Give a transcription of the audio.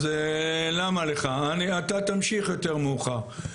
אז למה לך, אתה תמשיך יותר מאוחר.